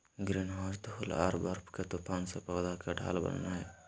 greenhouse धूल आर बर्फ के तूफान से पौध के ढाल बनय हइ